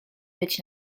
być